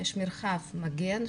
יש מרחב מגן,